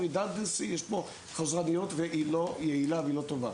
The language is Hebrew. יש פה חזרניות והיא לא יעילה והיא לא טובה.